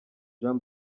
jean